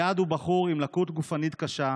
איאד הוא בחור עם לקות גופנית קשה,